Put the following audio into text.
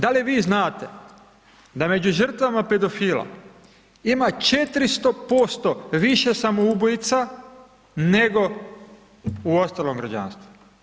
Da li vi znate da među žrtvama pedofila ima 400% više samoubojica nego u ostalom građanstvu?